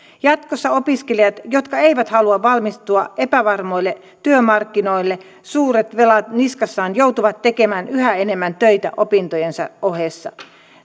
jatkossa opiskelijat jotka eivät halua valmistua epävarmoille työmarkkinoille suuret velat niskassaan joutuvat tekemään yhä enemmän töitä opintojensa ohessa